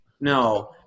No